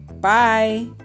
bye